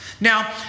Now